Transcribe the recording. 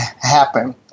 happen